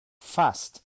fast